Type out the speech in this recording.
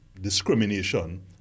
discrimination